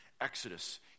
Exodus